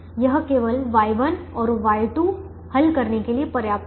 यह केवल Y1 और Y2 हल करने के लिए पर्याप्त है